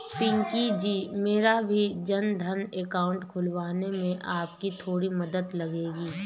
पिंकी जी मेरा भी जनधन अकाउंट खुलवाने में आपकी थोड़ी मदद लगेगी